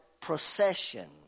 procession